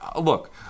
Look